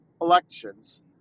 elections